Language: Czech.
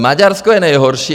Maďarsko je nejhorší.